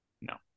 No